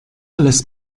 lässt